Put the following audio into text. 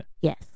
Yes